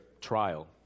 trial